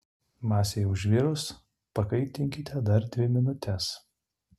masei užvirus pakaitinkite dar dvi minutes